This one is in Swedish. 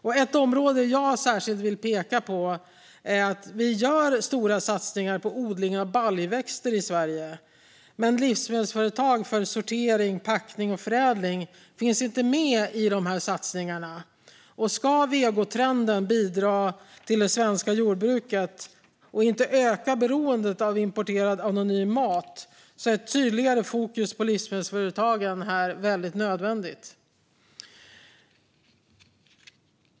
Något jag särskilt vill peka på är att vi gör stora satsningar på odling av baljväxter i Sverige, men livsmedelsföretag för sortering, packning och förädling finns inte med i satsningarna. Ska vegotrenden bidra till det svenska jordbruket och inte öka beroendet av importerad anonym mat är tydligare fokus på livsmedelsföretagen nödvändigt.